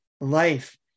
life